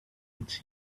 its